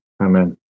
Amen